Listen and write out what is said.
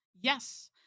Yes